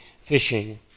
fishing